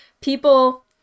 people